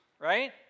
right